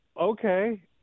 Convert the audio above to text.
okay